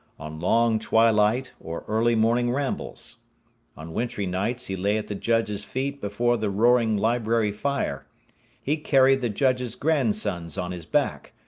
on long twilight or early morning rambles on wintry nights he lay at the judge's feet before the roaring library fire he carried the judge's grandsons on his back,